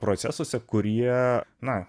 procesuose kurie na